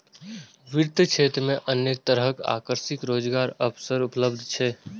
वित्तीय क्षेत्र मे अनेक तरहक आकर्षक रोजगारक अवसर उपलब्ध छै